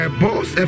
boss